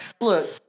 look